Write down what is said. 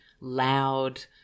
loud